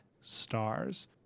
stars